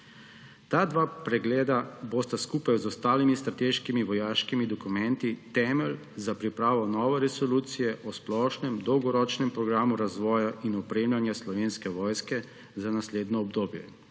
Ta dva pregleda bosta skupaj z ostalimi strateškimi vojaškimi dokumenti temelj za pripravo nove resolucije o splošnem dolgoročnem programu razvoja in opremljanja Slovenske vojske za naslednje obdobje,